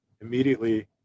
immediately